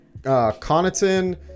Connaughton